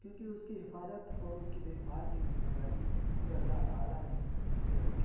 کیوں کہ اس کی حفاظت اور اس کی دیکھ بھال کی ذمہ داری خود اللہ تعالیٰ نے لے رکھی ہے